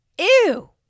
Ew